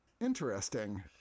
Interesting